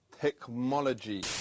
Technology